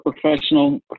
professional